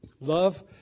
Love